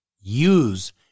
Use